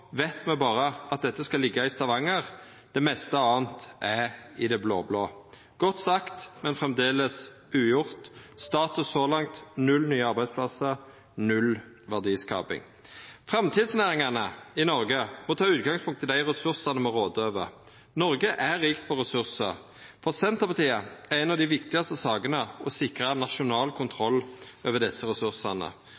veit me berre at dette skal liggja i Stavanger. Det meste anna er i det blå-blå. Godt sagt, men framleis ugjort. Status så langt: Null nye arbeidsplassar, null verdiskaping. Framtidsnæringane i Noreg må ta utgangspunkt i dei ressursane me råder over. Noreg er rikt på ressursar. For Senterpartiet er ei av dei viktigaste sakene å sikra nasjonal